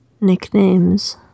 nicknames